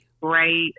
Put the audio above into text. Great